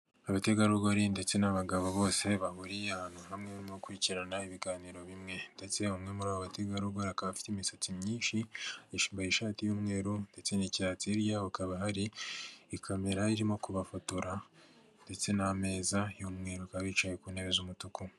Abategarugori ndetse n'abagabo bose bahuriye ahantu hamwe, barimo gukurikirana ibiganiro bimwe ndetse umwe muri abo bategarugori akaba afite imisatsi myinshi, yambaye ishati y'umweru ndetse n'icyatsi. Hirya yabo hakaba hari ikamera irimo kubafotora ndetse n'ameza y'umweru, bakaba bicaye ku ntebe z'umutuku.